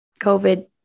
COVID